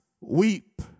weep